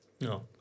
no